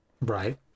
Right